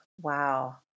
Wow